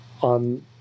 on